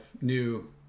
new